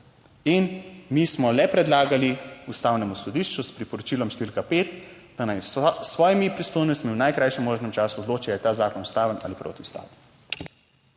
In mi smo le predlagali Ustavnemu sodišču s priporočilom številka pet, da naj s svojimi pristojnostmi v najkrajšem možnem času odloči ali je ta zakon ustaven ali je protiustaven.